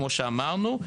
כמו שאמרנו,